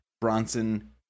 Bronson